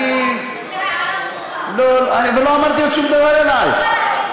אני לא אמרתי שום דבר אלייך.